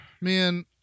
man